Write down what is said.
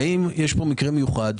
האם יש פה מקרה מיוחד,